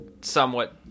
somewhat